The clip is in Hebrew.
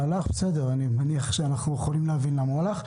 אנחנו יכולים להבין למה הוא הלך.